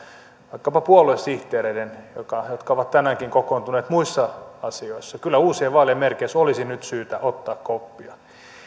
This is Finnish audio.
vaikkapa puoluesihteereiden jotka ovat tänäänkin kokoontuneet muissa asioissa olisi nyt syytä uusien vaalien merkeissä ottaa koppia